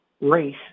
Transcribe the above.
race